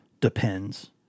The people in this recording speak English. depends